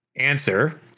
Answer